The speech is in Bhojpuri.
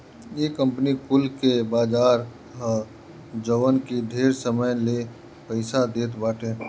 इ कंपनी कुल के बाजार ह जवन की ढेर समय ले पईसा देत बाटे